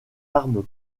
armes